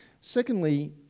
Secondly